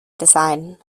design